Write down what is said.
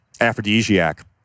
aphrodisiac